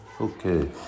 Okay